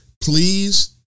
please